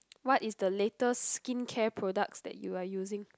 what is the latest skincare products that you are using